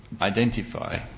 identify